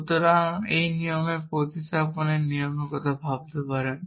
সুতরাং আপনি একটি নিয়মের প্রতিস্থাপনের নিয়মের কথা ভাবতে পারেন